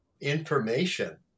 information